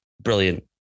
brilliant